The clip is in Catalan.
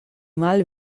mal